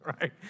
right